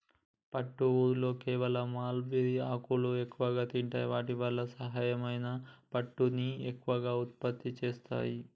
పట్టు ఊరిలో కేవలం మల్బరీ ఆకులను ఎక్కువగా తింటాయి వాటి వల్ల అవి సహజమైన పట్టుని ఎక్కువగా ఉత్పత్తి చేస్తాయి